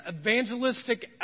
evangelistic